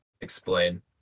explain